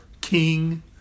king